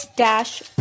dash